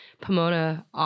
Pomona